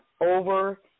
over